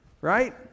right